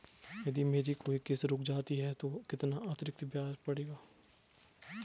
यदि मेरी कोई किश्त रुक जाती है तो कितना अतरिक्त ब्याज पड़ेगा?